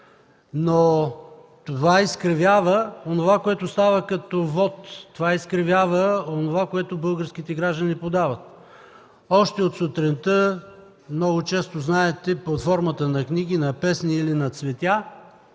Но това изкривява онова, което става като вот. Това изкривява онова, което българските граждани подават. Още от сутринта много често, знаете, под формата на книги, на песни или на цветя